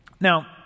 Now